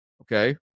okay